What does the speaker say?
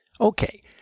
Okay